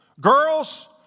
Girls